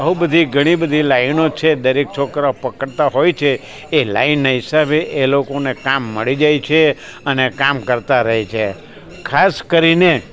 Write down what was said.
આવું બધી ઘણી બધી લાઈનો છે દરેક છોકરા પકડતા હોય છે એ લાઈન હિસાબે એ લોકોને કામ મળી જાય છે અને કામ કરતાં રહે છે ખાસ કરીને